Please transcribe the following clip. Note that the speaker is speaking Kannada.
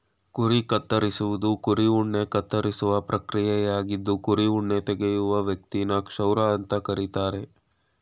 ಕುರಿ ಕತ್ತರಿಸುವುದು ಕುರಿ ಉಣ್ಣೆ ಕತ್ತರಿಸುವ ಪ್ರಕ್ರಿಯೆಯಾಗಿದ್ದು ಕುರಿ ಉಣ್ಣೆ ತೆಗೆಯುವ ವ್ಯಕ್ತಿನ ಕ್ಷೌರ ಅಂತ ಕರೀತಾರೆ